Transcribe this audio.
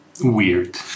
weird